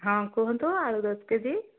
ହଁ କୁହନ୍ତୁ ଆଳୁ ଦଶ କେ ଜି